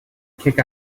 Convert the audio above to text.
kick